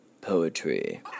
poetry